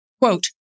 quote